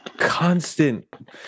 constant